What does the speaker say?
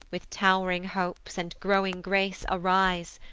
with tow'ring hopes, and growing grace arise,